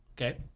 okay